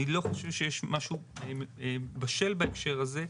אני לא חושב שיש משהו בשל בהקשר הזה.